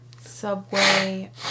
Subway